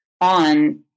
on